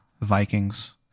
Vikings